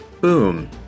Boom